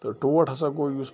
تہٕ ٹوٹھ ہسا گوٚو یُس